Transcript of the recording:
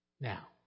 Now